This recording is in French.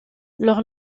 leur